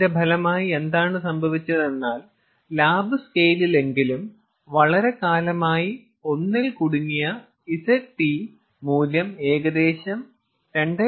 അതിന്റെ ഫലമായി എന്താണ് സംഭവിച്ചതെന്നാൽ ലാബ് സ്കെയിലിലെങ്കിലും വളരെക്കാലമായി ഒന്നിൽ കുടുങ്ങിയ Zt മൂല്യം ഏകദേശം 2